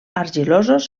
argilosos